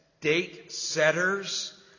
date-setters